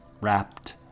wrapped